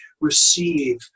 receive